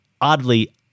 oddly